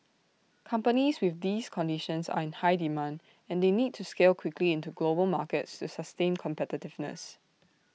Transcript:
companies with these conditions are in high demand and they need to scale quickly into global markets to sustain competitiveness